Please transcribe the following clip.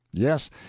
yes,